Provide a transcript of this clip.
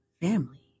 family